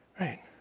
Right